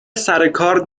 سرکار